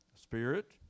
spirit